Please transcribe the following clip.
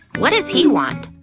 what does he want?